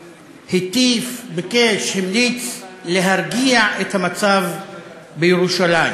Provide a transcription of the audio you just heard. הטיף, ביקש, המליץ להרגיע את המצב בירושלים.